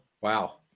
Wow